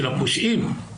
של הפושעים.